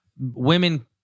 women